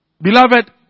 Beloved